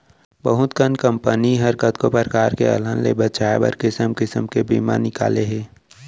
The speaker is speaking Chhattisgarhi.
बहुत कन बीमा कंपनी ह कतको परकार के अलहन ल बचाए बर किसिम किसिम के बीमा निकाले हे